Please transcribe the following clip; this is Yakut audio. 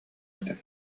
этим